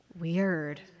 weird